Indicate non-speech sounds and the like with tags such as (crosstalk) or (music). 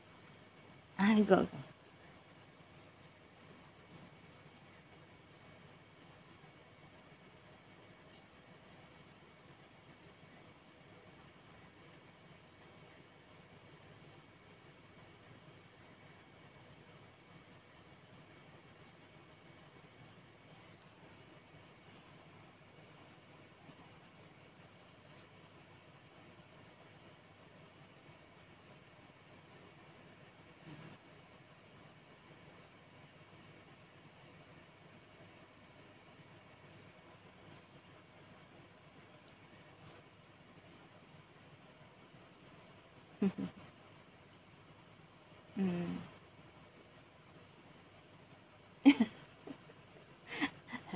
I got mmhmm mm (laughs)